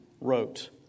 wrote